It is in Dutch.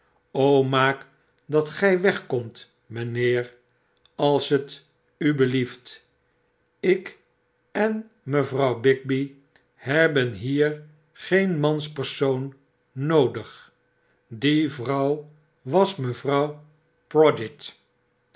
maak dat gij wegkomt mijnheer als het u belieft ik en mevrouw bigby hebben hier geen manspersoon noodig die vrouw was mevrouw prodgit